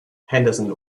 henderson